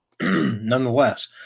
nonetheless